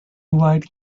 white